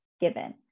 given